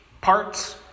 parts